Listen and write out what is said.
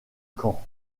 caen